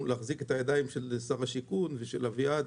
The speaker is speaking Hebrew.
להחזיק את הידיים של שר הבינוי והשיכון ושל אביעד